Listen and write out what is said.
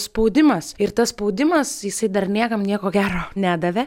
spaudimas ir tas spaudimas jisai dar niekam nieko gero nedavė